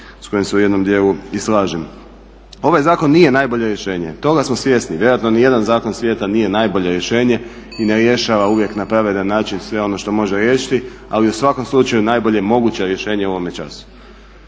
s kojim se u jednom dijelu i slažem. Ovaj zakon nije najbolje rješenje toga smo svjesni. Vjerojatno ni jedan zakon svijeta nije najbolje rješenje i ne rješava uvijek na pravedan način sve ono što može riješiti ali u svakom slučaju najbolja moguća rješenja u ovome času.